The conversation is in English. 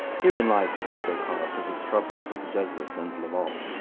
herein lies the deeper cause of his troubles with the jesuits and laval.